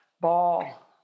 ball